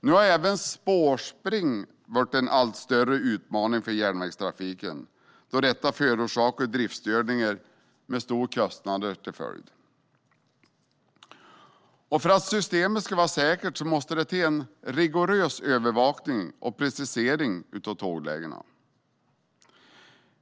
Nu har även spårspring blivit en allt större utmaning för järnvägstrafiken, då detta förorsakar driftsstörningar med stora kostnader som följd. För att systemet ska vara säkert måste det till en rigorös övervakning och precisering av tåglägen.